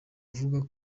avuga